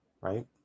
Right